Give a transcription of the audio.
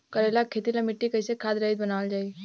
करेला के खेती ला मिट्टी कइसे खाद्य रहित बनावल जाई?